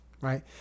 right